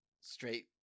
straight